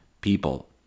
people